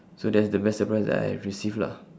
so that's the best surprise that I have received lah